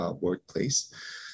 workplace